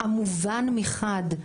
המובן מחד,